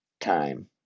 time